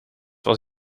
was